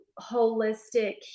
holistic